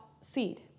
seed